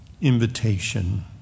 invitation